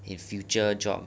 in future job